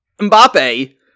Mbappe